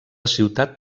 ciutat